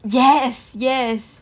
yes yes